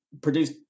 produced